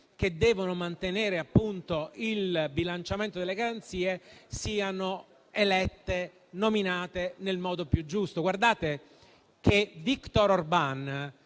che devono mantenere il bilanciamento delle garanzie, siano eletti e nominati nel modo più giusto.